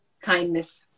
Kindness